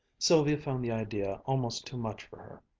sylvia found the idea almost too much for her.